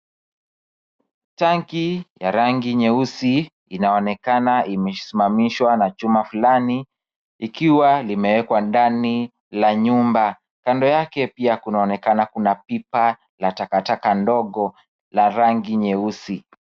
Tanki ya rangi nyeusi inaonekana imesimamishwa na chuma fulani ikiwa limeekwa ndani ka nyumba. Kando yake pia kuna onekana kuna pipa la takataka ndogo la rangi nyeusi.